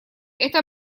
это